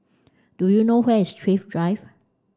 do you know where is Thrift Drive